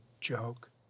joke